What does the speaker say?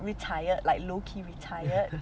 retired like low key retired